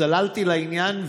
צללתי לעניין,